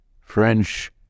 French